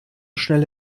schnell